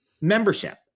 membership